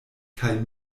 kaj